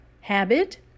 Habit